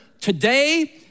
today